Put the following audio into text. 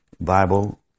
Bible